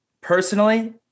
personally